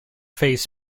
face